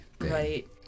Right